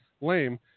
lame